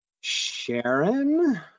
Sharon